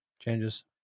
Changes